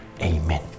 Amen